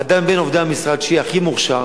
אדם מבין עובדי המשרד שיהיה הכי מורשה,